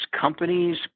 companies